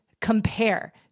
compare